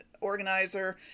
organizer